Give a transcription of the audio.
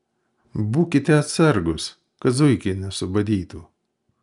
būkite atsargūs kad zuikiai nesubadytų